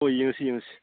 ꯍꯣꯏ ꯌꯦꯡꯉꯁꯤ ꯌꯦꯡꯉꯁꯤ